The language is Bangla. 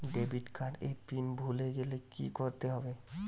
ডেবিট কার্ড এর পিন ভুলে গেলে কি করতে হবে?